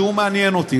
שהוא מעניין אותי,